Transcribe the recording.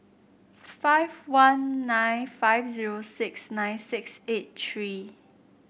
five one nine five zero six nine six eight three